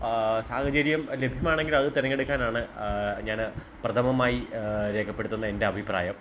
സാഹചര്യം ലഭ്യമാണെങ്കിൽ അത് തിരഞ്ഞെടുക്കാനാണ് ഞാൻ പ്രഥമമായി രേഖപ്പെടുത്തുന്ന എൻ്റെ അഭിപ്രായം